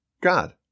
God